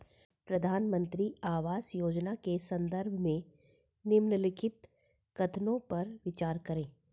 प्रधानमंत्री आवास योजना के संदर्भ में निम्नलिखित कथनों पर विचार करें?